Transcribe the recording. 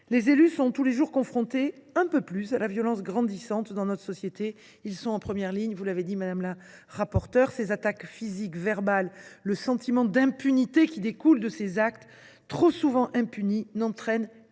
les élus sont confrontés à une violence grandissante dans notre société ; ils sont en première ligne – vous l’avez dit, madame la rapporteure. Les attaques physiques et verbales et le sentiment d’impunité qui découle de ces actes, trop souvent impunis, n’entraînent